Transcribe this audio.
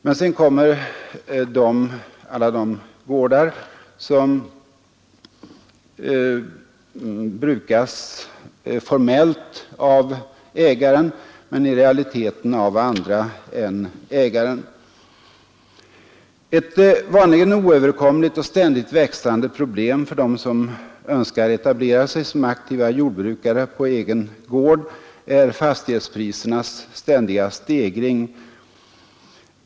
Men därtill kommer alla de gårdar som brukas formellt av ägaren men i realiteten av andra än ägaren. Ett vanligen oöverkomligt och ständigt växande problem för dem som önskar etablera sig som aktiva jordbrukare på egen gård är fastighetsprisernas ständiga stegring.